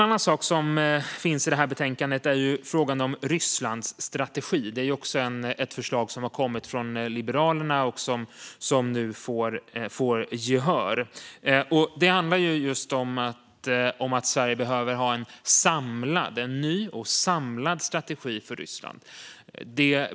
En annan fråga i det här betänkandet är den om Rysslandsstrategin. Det är ett förslag som har kommit från Liberalerna och som nu får gehör. Det handlar om att Sverige behöver ha en ny och samlad strategi för Ryssland.